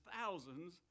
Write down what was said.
thousands